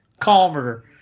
calmer